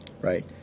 right